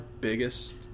biggest